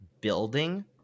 building